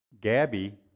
Gabby